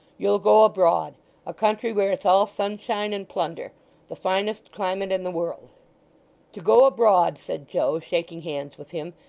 you'll go abroad a country where it's all sunshine and plunder the finest climate in the world to go abroad said joe, shaking hands with him,